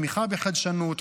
תמיכה בחדשנות,